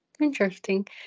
interesting